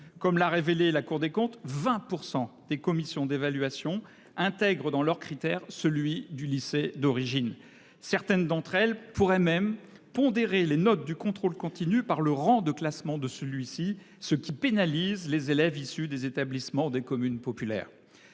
comme l'a révélé la Cour des comptes 20%, des commissions d'évaluation intègrent dans leurs critères celui du lycée d'origine. Certaines d'entre elles pourraient même pondérer les notes du contrôle continu par le rang de classement de celui-ci ce qui pénalise les élèves issus des établissements des communes populaires.